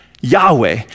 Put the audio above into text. Yahweh